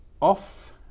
off